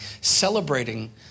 celebrating